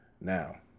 now